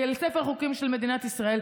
לספר החוקים של מדינת ישראל.